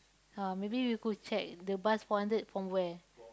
ah maybe you could check the bus four hundred from where